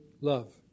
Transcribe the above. love